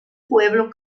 pueblo